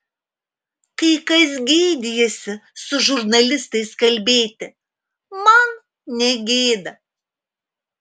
kai kas gėdijasi su žurnalistais kalbėti man negėda